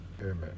Amen